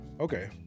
okay